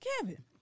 Kevin